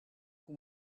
who